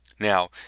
Now